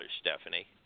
Stephanie